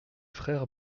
frères